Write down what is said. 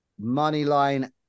Moneyline